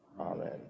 Amen